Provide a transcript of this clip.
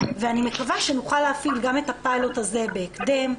ואני מקווה שנוכל להפעיל גם את הפיילוט הזה בהקדם.